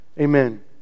Amen